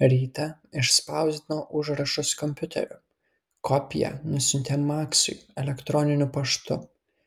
rytą išspausdino užrašus kompiuteriu kopiją nusiuntė maksui elektroniniu paštu